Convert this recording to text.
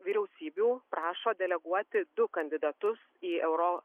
vyriausybių prašo deleguoti du kandidatus į euro